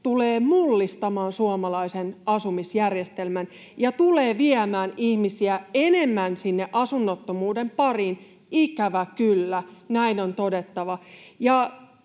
tulee mullistamaan suomalaisen asumisjärjestelmän ja tulee viemään ihmisiä enemmän sinne asunnottomuuden pariin. Ikävä kyllä näin on todettava.